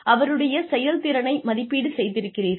அவருடைய செயல்திறனை மதிப்பீடு செய்திருக்கிறீர்கள்